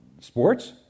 Sports